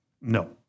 No